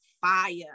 fire